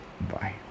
bye